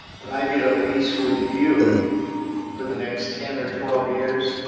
but i get a lease with you for the next ten or twelve years,